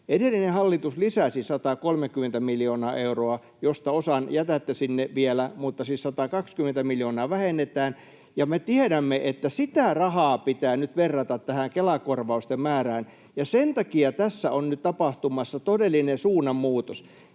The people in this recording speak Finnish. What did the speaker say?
Edellinen hallitus lisäsi 130 miljoonaa euroa, josta osan jätätte sinne vielä, mutta siis 120 miljoonaa vähennetään, ja me tiedämme, että sitä rahaa pitää nyt verrata tähän Kela-korvausten määrään, ja sen takia tässä on nyt tapahtumassa todellinen suunnanmuutos.